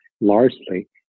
largely